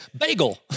bagel